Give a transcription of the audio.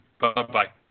Bye-bye